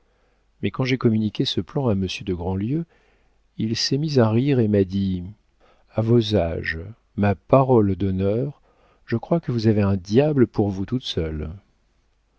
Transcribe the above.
mais quand j'ai communiqué ce plan à monsieur de grandlieu il s'est mis à rire et m'a dit a vos âges ma parole d'honneur je crois que vous avez un diable pour vous toutes seules